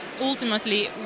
ultimately